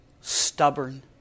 stubborn